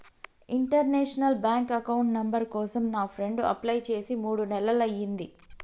international bank account number కోసం నా friend apply చేసి మూడు నెలలయ్యింది